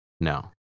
no